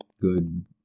good